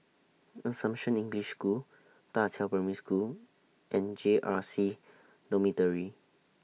Assumption English School DA Qiao Primary School and J R C Dormitory